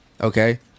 Okay